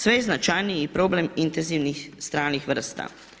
Sve je značajniji problem intenzivnih stranih vrsta.